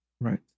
Right